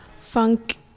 funk